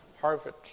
Harvard